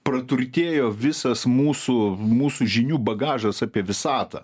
praturtėjo visas mūsų mūsų žinių bagažas apie visatą